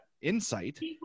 insight